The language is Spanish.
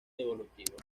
evolutivo